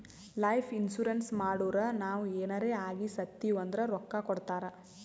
life insurance ಮಾಡುರ್ ನಾವ್ ಎನಾರೇ ಆಗಿ ಸತ್ತಿವ್ ಅಂದುರ್ ರೊಕ್ಕಾ ಕೊಡ್ತಾರ್